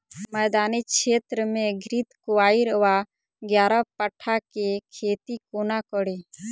मैदानी क्षेत्र मे घृतक्वाइर वा ग्यारपाठा केँ खेती कोना कड़ी?